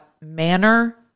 manner